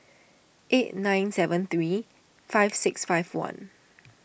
eight nine seven three five six five one